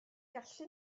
gallu